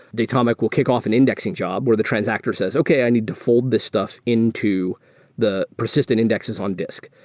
datomic will kickoff and indexing job where the transactor says, okay, i need to fold this stuff into the persistent indexes on disk.